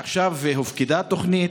עכשיו הופקדה תוכנית,